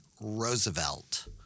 Roosevelt